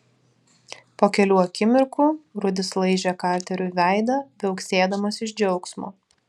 po kelių akimirkų rudis laižė karteriui veidą viauksėdamas iš džiaugsmo